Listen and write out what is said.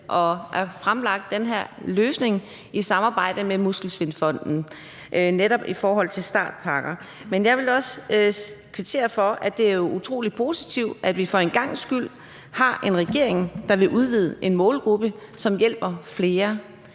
og har fremlagt den her løsning i samarbejde med Muskelsvindfonden, altså netop i forhold til startpakker. Men jeg vil også kvittere og sige, at det er utrolig positivt, at vi for en gangs skyld har en regering, der vil udvide en målgruppe, hvilket vil hjælpe flere.